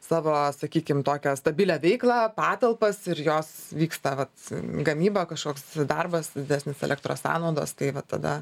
savo sakykim tokią stabilią veiklą patalpas ir jos vyksta vat gamyba kažkoks darbas didesnės elektros sąnaudos tai va tada